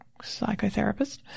psychotherapist